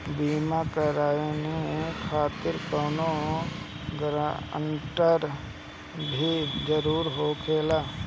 बीमा कराने खातिर कौनो ग्रानटर के भी जरूरत होखे ला?